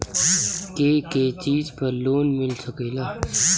के के चीज पर लोन मिल सकेला?